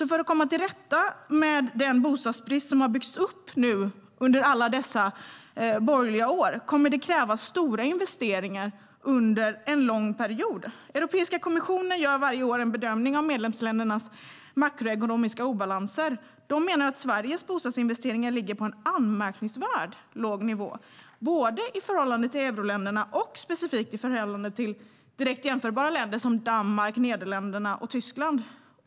För att komma till rätta med den bostadsbrist som har byggts upp under alla dessa borgerliga år kommer det att krävas stora investeringar under en lång period. Europeiska kommissionen gör varje år en bedömning av medlemsländernas makroekonomiska obalanser. Den menar att Sveriges bostadsinvesteringar ligger på en anmärkningsvärt låg nivå både i förhållande till euroländerna och specifikt i förhållande till direkt jämförbara länder som Danmark, Nederländerna och Tyskland.